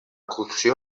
cocció